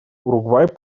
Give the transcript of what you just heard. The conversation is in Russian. уругвай